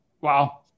Wow